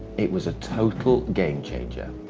it was a total game-changer.